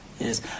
Yes